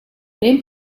name